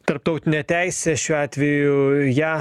tarptautinė teisė šiuo atveju ją